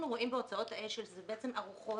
אנחנו רואים בהוצאות האש"ל, אלה בעצם ארוחות,